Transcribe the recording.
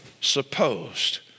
supposed